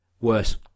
Worse